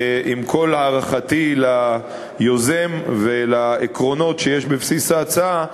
עם כל הערכתי ליוזם ולעקרונות שיש בבסיס ההצעה,